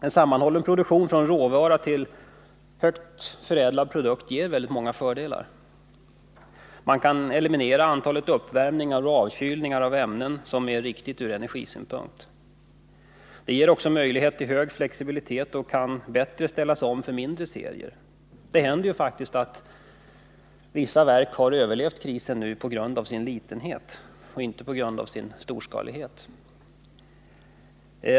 En sammanhållen produktion från råvara till högt förädlad produkt ger väldigt många fördelar. Man kan eliminera antalet uppvärmningar och avkylningar av ämnen, vilket är riktigt ur energisynpunkt. En sammanhållen process ger också hög flexibilitet och kan bättre ställas om för mindre serier. Det är faktiskt så att vissa verk har överlevt krisen tack vare sin litenhet, inte sin storskalighet.